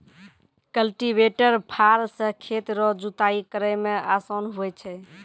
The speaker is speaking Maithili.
कल्टीवेटर फार से खेत रो जुताइ करै मे आसान हुवै छै